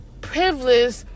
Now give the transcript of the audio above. privilege